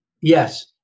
yes